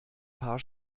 paar